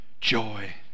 joy